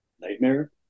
Nightmare